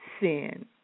sin